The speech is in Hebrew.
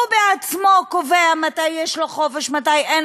הוא בעצמו קובע מתי יש לו חופש